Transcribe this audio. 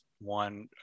one